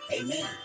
amen